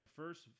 first